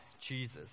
Jesus